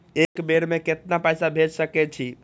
एक बेर में केतना पैसा भेज सके छी?